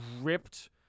ripped